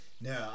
no